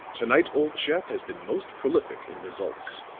to-night, old chap, has been most prolific in results.